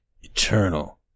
eternal